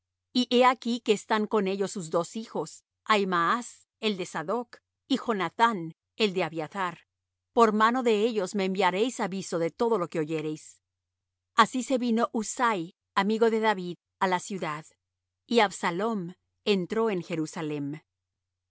y he aquí que están con ellos sus dos hijos ahimaas el de sadoc y jonathán el de abiathar por mano de ellos me enviaréis aviso de todo lo que oyereis así se vino husai amigo de david á la ciudad y absalom entró en jerusalem